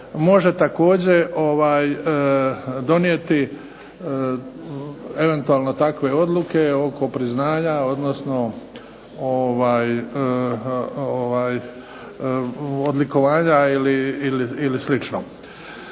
može također donijeti eventualno takve odluke oko priznanja, odnosno odlikovanja ili